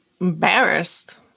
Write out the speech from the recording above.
embarrassed